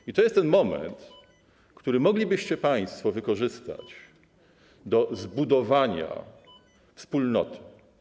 I to jest ten moment, który moglibyście państwo wykorzystać do zbudowania wspólnoty.